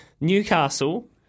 Newcastle